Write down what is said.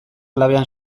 labean